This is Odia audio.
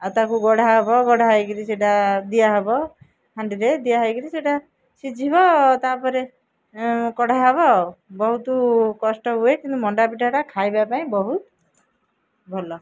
ଆଉ ତାକୁ ଗଢ଼ା ହବ ଗଢ଼ା ହେଇକିରି ସେଟା ଦିଆହବ ହାଣ୍ଡିରେ ଦିଆ ହେଇକିରି ସେଟା ସିଝିବ ତାପରେ କଢ଼ା ହବ ବହୁତ କଷ୍ଟ ହୁଏ କିନ୍ତୁ ମଣ୍ଡାପିଠାଟା ଖାଇବା ପାଇଁ ବହୁତ ଭଲ